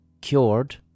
cured